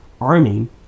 arming